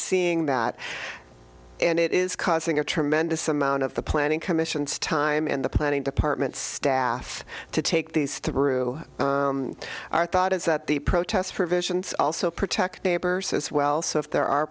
seeing that and it is causing a tremendous amount of the planning commission stime and the planning department staff to take these through our thought is that the protest provisions also protect neighbors as well so if there are